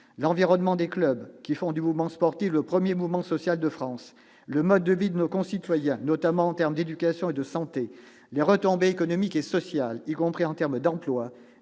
l'environnement des clubs, qui font du mouvement sportif le premier mouvement social de France, le mode de vie de nos concitoyens, notamment en termes d'éducation et de santé, les retombées économiques et sociales, y compris en termes d'emplois,